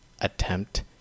attempt